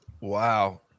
Wow